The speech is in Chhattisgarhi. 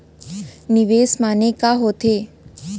निवेश माने का होथे?